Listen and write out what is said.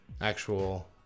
actual